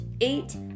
Eight